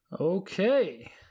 okay